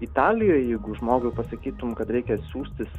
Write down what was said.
italijoj jeigu žmogui pasakytum kad reikia siųstis